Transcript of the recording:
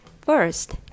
First